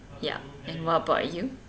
ya and what about you